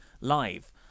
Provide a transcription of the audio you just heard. live